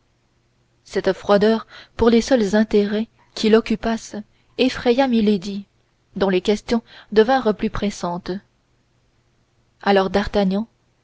cette froideur pour les seuls intérêts qui l'occupassent effraya milady dont les questions devinrent plus pressantes alors d'artagnan